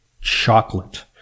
chocolate